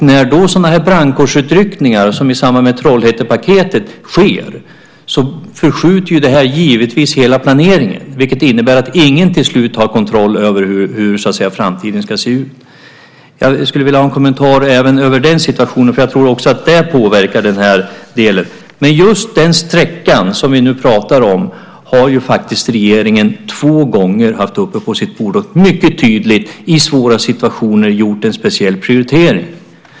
När då sådana brandkårsutryckningar som i samband med Trollhättepaketet sker förskjuter det givetvis hela planeringen, vilket innebär att ingen till slut har kontroll över hur framtiden ska se ut. Jag skulle vilja ha en kommentar även över den situationen, för jag tror att också det påverkar den här delen. Just den sträcka som vi nu pratar om har ju faktiskt regeringen två gånger haft uppe på sitt bord och mycket tydligt i svåra situationer gjort en speciell prioritering av.